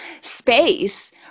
space